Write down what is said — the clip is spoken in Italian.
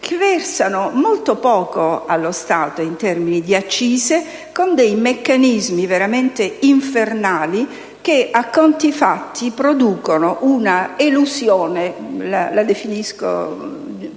che versano molto poco allo Stato in termini di accise, con dei meccanismi veramente infernali che, a conti fatti, producono un'elusione - la definisco